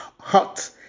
hot